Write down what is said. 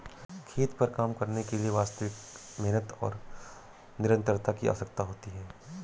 खेत पर काम करने के लिए वास्तविक मेहनत और निरंतरता की आवश्यकता होती है